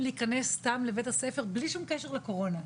להיכנס סתם לבית הספר בלי שום קשר לקורונה.